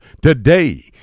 Today